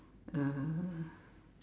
uh